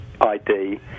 ID